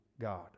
God